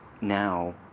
now